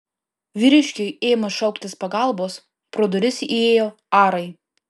vyriškiui ėmus šauktis pagalbos pro duris įėjo arai